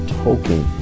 token